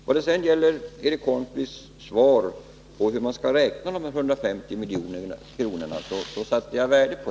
Jag satte värde på Eric Holmqvists besked om hur man skall räkna dessa 150 milj.kr.